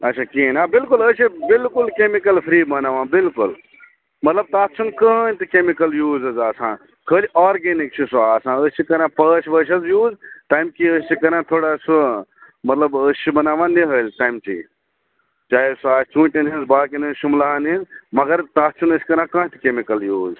اچھا کِہیٖنۍ آ بِلکُل أسۍ ۂے بِلکُل کٮ۪مِکَل فری بناوان بِلکُل مطلب تَتھ چھِنہٕ کٔہٕنۍ تہِ کٮ۪مِکَل یوٗز حظ آسان خٲلی آرگٔنِک چھِ سُہ آسان أسۍ چھِ کران پٲش وٲش حظ یوٗز تٔمۍ کِنۍ حظ چھِ کران تھوڑا سُہ مطلب أسۍ چھِ بناوان نِۂلۍ تٔمۍ چی چاہے سُہ آسہِ ژھوٗنٹیٚن ۂنٛز باقِیَن ۂنٛز شُملاہَن ۂنٛز مگر تَتھ چھِنہٕ أسۍ کران کانٛہہ تہِ کٮ۪مِکَل یوٗز